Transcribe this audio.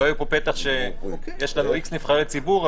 שלא יהיה פה פתח שיש איקס נבחרי ציבור,